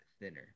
thinner